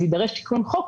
אז יידרש תיקון חוק.